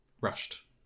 rushed